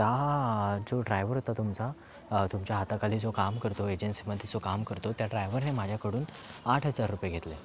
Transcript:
ता जो ड्रायवर होता तुमचा तुमच्या हाताखाली जो काम करतो एजन्सीमध्ये जो काम करतो त्या ड्रायवरने माझ्याकडून आठ हजार रुपये घेतले